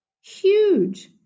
Huge